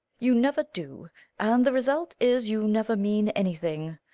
you never do and the result is, you never mean anything.